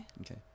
Okay